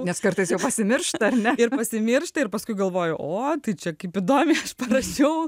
nes kartais pasimiršta ir pasimiršta ir paskui galvoju o tai čia kaip įdomiai aš parašiau